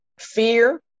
Fear